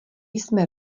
jsme